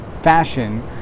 fashion